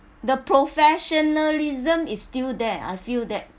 the professionalism is still there I feel that